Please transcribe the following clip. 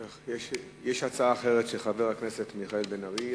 יש הצעה אחרת, של חבר הכנסת מיכאל בן-ארי.